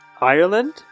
Ireland